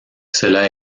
cela